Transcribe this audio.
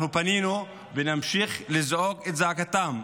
אנחנו פנינו ונמשיך לזעוק את זעקתם.